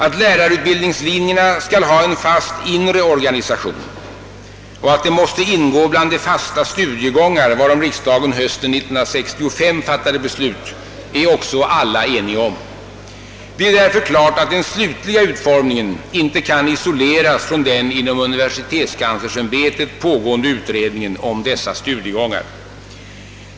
Att lärarutbildningslinjerna skall ha en fast inre organisation och att de måste ingå bland de fasta studiegångar varom riksdagen hösten 1965 fattade beslut är också alla eniga om. Det är därför klart att den slutliga utformningen inte kan isoleras från den inom universitetskanslersämbetet pågående utredningen om dessa studiegångar.